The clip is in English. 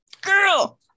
Girl